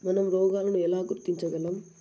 మనం రోగాలను ఎలా గుర్తించగలం?